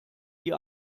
die